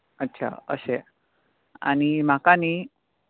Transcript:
अच्छा अशें आनी म्हाका न्ही